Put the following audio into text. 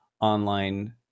online